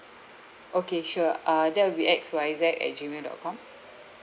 okay sure uh that will be X Y Z at gmail dot com